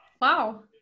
Wow